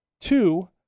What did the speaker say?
two